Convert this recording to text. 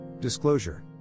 Disclosure